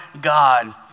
God